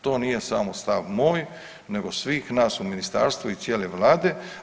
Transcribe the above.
To nije samo stav moj, nego svih nas u ministarstvu i cijele Vlade.